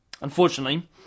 Unfortunately